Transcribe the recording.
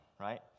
right